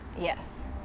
Yes